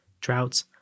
droughts